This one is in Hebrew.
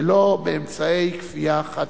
ולא באמצעי כפייה חד-צדדיים.